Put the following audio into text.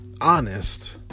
honest